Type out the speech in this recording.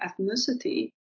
ethnicity